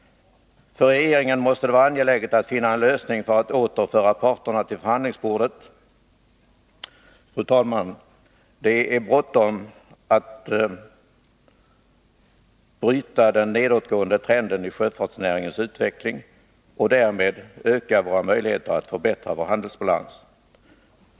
För regeringen måste det vara angeläget att finna en lösning för att åter föra parterna till förhandlingsbordet. Fru talman! Det är bråttom att bryta den nedåtgående trenden i sjöfartsnäringens utveckling och därmed öka våra möjligheter att förbättra vår handelsbalans.